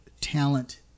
talent